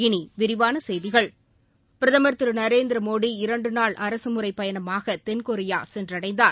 இனி விரிவான செய்திகள் பிரதமர் திரு நரேந்திர மோடி இரண்டு நாள் அரசுமுறைப் பயணமாக தென்கொரியா சென்றடைந்தார்